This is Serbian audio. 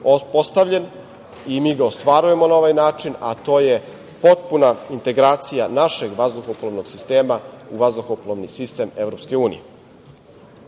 postavljen i mi ga ostvarujemo na ovaj način, a to je potpuna integracija našeg vazduhoplovnog sistema u vazduhoplovni sistem Evropske unije. Upravo